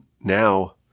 now